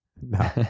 No